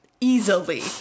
easily